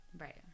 Right